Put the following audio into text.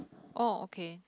oh okay